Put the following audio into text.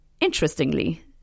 Interestingly